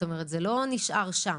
זה לא נשאר שם,